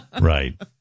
Right